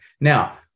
Now